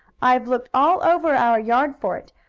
i've looked all over our yard for it,